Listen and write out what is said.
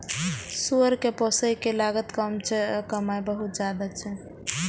सुअर कें पोसय के लागत कम छै आ कमाइ बहुत ज्यादा छै